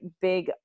big